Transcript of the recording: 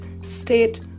state